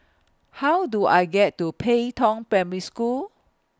How Do I get to Pei Tong Primary School